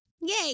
Yay